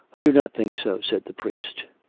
i do not think so, said the priest.